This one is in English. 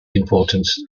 importance